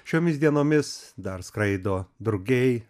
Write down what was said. šiomis dienomis dar skraido drugiai